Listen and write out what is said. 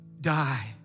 Die